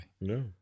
No